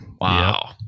Wow